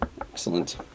Excellent